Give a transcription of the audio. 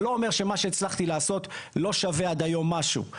זה לא אומר שמה שהצלחתי לעשות לא שווה היום משהו.